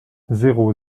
zéro